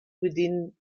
within